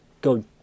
go